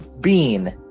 bean